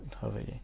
travailler